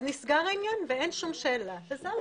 אז נסגר העניין ואין שום שאלה וזהו.